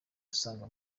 dusanga